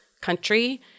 country